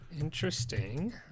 Interesting